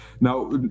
Now